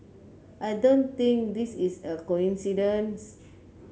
I don't think this is a coincidence